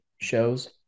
shows